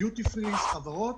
דיוטי-פרי, חברות,